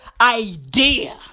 idea